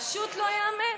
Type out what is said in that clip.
פשוט לא ייאמן.